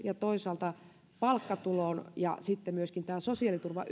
ja toisaalta palkkatulon ja sosiaaliturvan